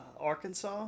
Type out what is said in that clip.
Arkansas